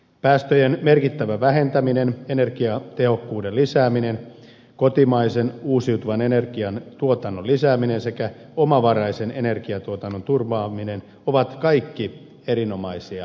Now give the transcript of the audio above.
päästöjen merkittävä vähentäminen energiatehokkuuden lisääminen kotimaisen uusiutuvan energian tuotannon lisääminen sekä omavaraisen energiantuotannon turvaaminen ovat kaikki erinomaisia tavoitteita